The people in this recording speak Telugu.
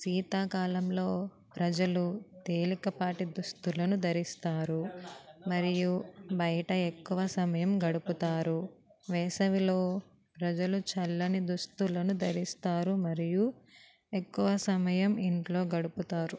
శీతాకాలంలో ప్రజలు తేలికపాటి దుస్తులను ధరిస్తారు మరియు బయట ఎక్కువ సమయం గడుపుతారు వేసవిలో ప్రజలు చల్లని దుస్తులను ధరిస్తారు మరియు ఎక్కువ సమయం ఇంట్లో గడుపుతారు